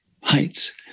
heights